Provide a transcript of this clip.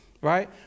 right